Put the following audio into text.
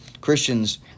Christians